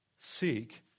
Seek